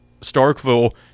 Starkville